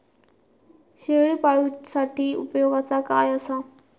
शेळीपाळूसाठी उपयोगाचा काय असा?